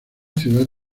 ciudad